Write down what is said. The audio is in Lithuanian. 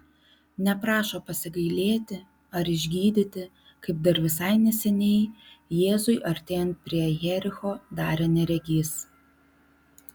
neprašo pasigailėti ar išgydyti kaip dar visai neseniai jėzui artėjant prie jericho darė neregys